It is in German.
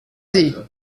sie